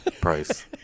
price